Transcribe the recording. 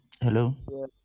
hello